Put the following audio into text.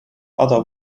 other